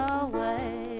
away